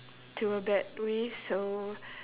to a bad way so